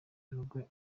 rugwe